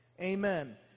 Amen